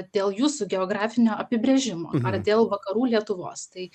dėl jūsų geografinio apibrėžimo ar dėl vakarų lietuvos tai